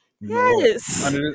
yes